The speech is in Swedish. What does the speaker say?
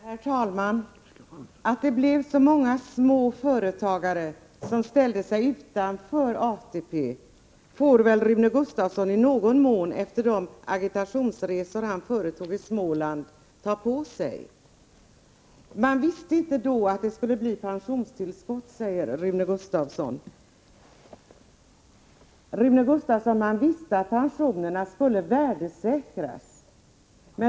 Herr talman! Att det blev så många småföretagare som ställde sig utanför ATP får väl Rune Gustavsson i någon mån ta på sitt ansvar efter de agitationsresor han företog i Småland. Rune Gustavsson säger att människor inte visste att det skulle bli pensionstillskott. Men, Rune Gustavsson, de visste att pensionerna skulle värdesäkras.